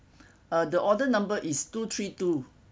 uh the order number is two three two